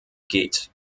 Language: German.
geht